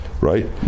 Right